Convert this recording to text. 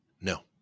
No